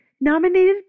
nominated